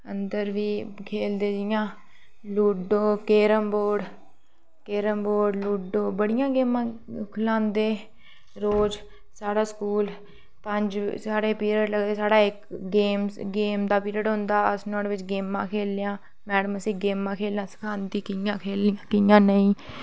अंदर बी खेल्लदे इं'या लूडो कैरमबोर्ड कैरमबोर्ड लूडो बड़ियां गेमां खलांदे रोज़ साढ़े स्कूल साढ़े पीरियड लगदे साढ़ा गेम दा पीरियड होंदा अस नुहाड़े बिच गेमां खेल्लने आं मैडम उसी गेमां खेल्लना सखांदी कि'यां खेल्लनी कि'यां नेईं